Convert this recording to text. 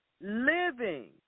living